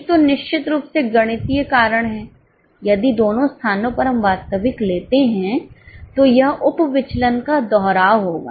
एक तो निश्चित रूप से गणितीय कारण है यदि दोनों स्थानों पर हम वास्तविक लेते हैं तो यह उप विचलन का दोहराव होगा